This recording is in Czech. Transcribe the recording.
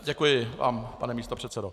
Děkuji, pane místopředsedo.